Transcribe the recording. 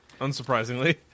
Unsurprisingly